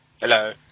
Hello